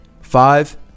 Five